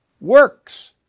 works